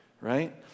right